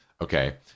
Okay